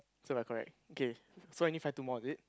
so we're correct okay so I need find two more is it